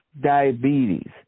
diabetes